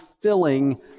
filling